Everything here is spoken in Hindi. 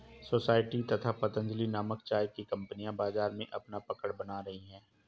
सोसायटी तथा पतंजलि नामक चाय की कंपनियां बाजार में अपना पकड़ बना रही है